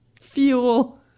fuel